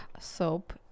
Soap